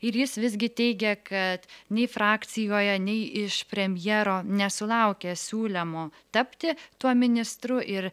ir jis visgi teigia kad nei frakcijoje nei iš premjero nesulaukė siūlymo tapti tuo ministru ir